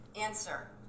Answer